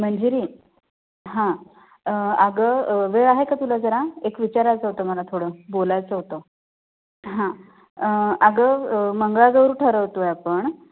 मंजिरी हां अगं वेळ आहे का तुला जरा एक विचारायचं होतं मला थोडं बोलायचं होतं हां अगं मंगळगौर ठरवतो आहे आपण